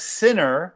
sinner